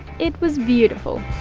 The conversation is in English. it was beautiful